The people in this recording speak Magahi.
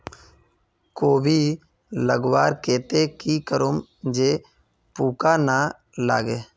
कोबी लगवार केते की करूम जे पूका ना लागे?